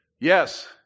Yes